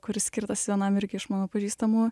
kuris skirtas vienam irgi iš mano pažįstamų